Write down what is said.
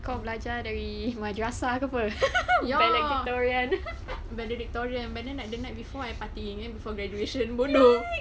kau belajar dari madrasah ke apa valedictorian and valedictorian but then like the night before I partying eh before graduation bodoh